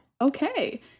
Okay